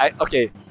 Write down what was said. Okay